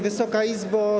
Wysoka Izbo!